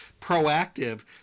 proactive